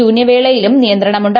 ശൂന്യവേളയിലും നിയന്ത്രണമുണ്ട്